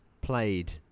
played